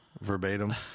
verbatim